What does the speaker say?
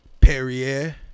Perrier